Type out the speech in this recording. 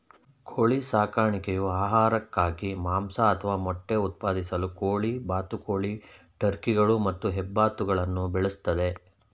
ಕೋಳಿ ಸಾಕಣೆಯು ಆಹಾರಕ್ಕಾಗಿ ಮಾಂಸ ಅಥವಾ ಮೊಟ್ಟೆ ಉತ್ಪಾದಿಸಲು ಕೋಳಿ ಬಾತುಕೋಳಿ ಟರ್ಕಿಗಳು ಮತ್ತು ಹೆಬ್ಬಾತುಗಳನ್ನು ಬೆಳೆಸ್ತದೆ